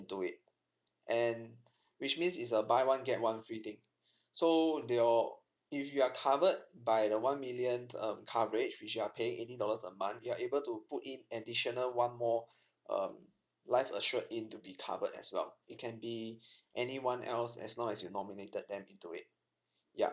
to it and which means it's a buy one get one free thing so your if you are covered by the one million um coverage which you are paying eighty dollars a month you're able to put in additional one more um life assured in to be covered as well it can be anyone else as long as you nominated them into it ya